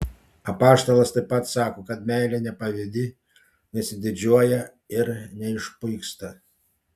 apaštalas taip pat sako kad meilė nepavydi nesididžiuoja ir neišpuiksta